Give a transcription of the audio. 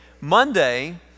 Monday